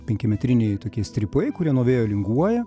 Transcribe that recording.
penkiametriniai tokie strypai kurie nuo vėjo linguoja